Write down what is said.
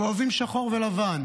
הם אוהבים שחור ולבן: